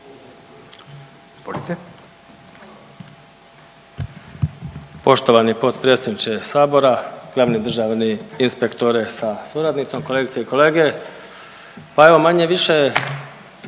Poštovani potpredsjedniče sabora, glavni državni inspektore sa suradnicom, kolegice i kolege. Pa evo manje-više